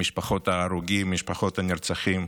עם משפחות ההרוגים, עם משפחות הנרצחים.